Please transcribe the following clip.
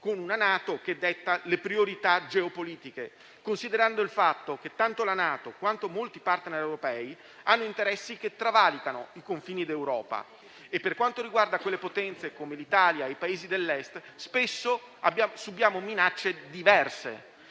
con una NATO che detta le priorità geopolitiche, considerando il fatto che tanto la NATO, quanto molti *partner* europei, hanno interessi che travalicano i confini d'Europa. E per quanto riguarda potenze come l'Italia e i Paesi dell'Est, spesso subiamo minacce diverse.